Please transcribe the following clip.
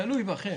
(תיקון),